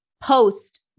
post